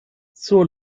zur